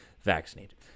vaccinated